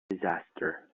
disaster